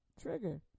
trigger